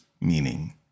meaning